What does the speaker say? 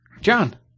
John